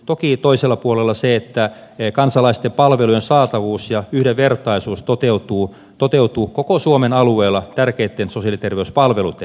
toki toisella puolella on se että kansalaisten palvelujen saatavuus ja yhdenvertaisuus toteutuu koko suomen alueella tärkeitten sosiaali ja terveyspalveluitten kohdalla